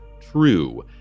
true